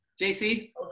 JC